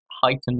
heightened